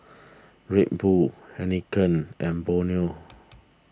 Red Bull Heinekein and Bonia